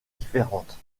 différente